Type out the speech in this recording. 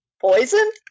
poison